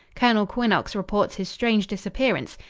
colonel quinnox reports his strange disappearance.